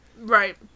Right